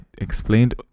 explained